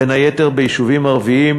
בין היתר ביישובים ערביים,